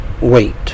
wait